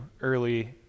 early